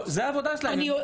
-- זאת העבודה שלהם.